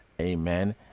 amen